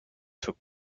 took